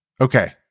okay